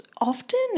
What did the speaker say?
often